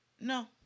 No